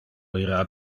ira